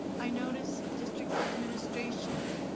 i noticed district administration,